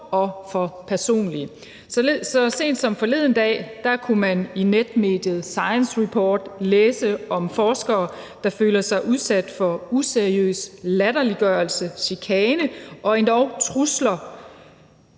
og for personlige. Så sent som forleden dag kunne man i netmediet Science Report læse om forskere, der føler sig udsat for useriøs latterliggørelse, chikane og endog trusler,